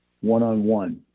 one-on-one